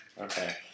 Okay